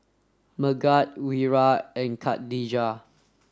Megat Wira and Khadija